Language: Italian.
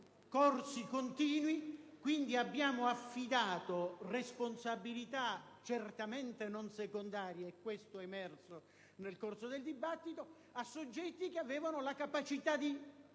corsi continui. Peraltro, abbiamo affidato responsabilità certamente non secondarie - e questo è emerso nel corso del dibattito - a soggetti che avevano la capacità di